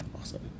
Awesome